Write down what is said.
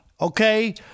Okay